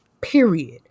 Period